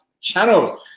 channel